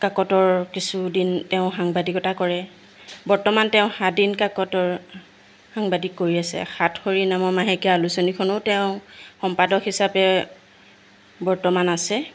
কাকতৰ কিছুদিন তেওঁ সাংবাদিকতা কৰে বৰ্তমান তেওঁ সাদিন কাকতৰ সাংবাদিক কৰি আছে সাতসৰী নামৰ মাহেকীয়া আলোচনীখনো তেওঁ সম্পাদক হিচাপে বৰ্তমান আছে